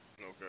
Okay